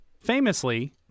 Famously